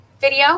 video